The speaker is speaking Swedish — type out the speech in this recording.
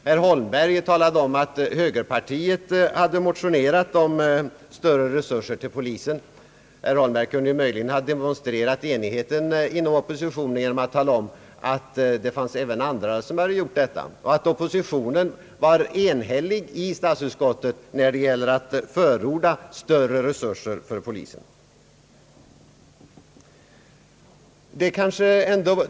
Herr Holmberg talade om att högerpartiet har motionerat om större resurser för polisen. Herr Holmberg kunde möjligen ha demonstrerat enigheten inom oppositionen genom att tala om att även andra hade gjort samma sak och att oppositionspartierna var eniga i statsutskottet då det gällde att förorda större resurser för polisen.